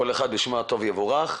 כל אחד ושמו הטוב יבורך.